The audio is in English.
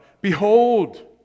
behold